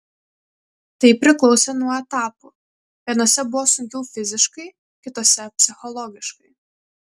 tai priklausė nuo etapų vienuose buvo sunkiau fiziškai kituose psichologiškai